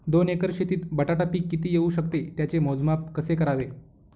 दोन एकर शेतीत बटाटा पीक किती येवू शकते? त्याचे मोजमाप कसे करावे?